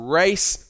race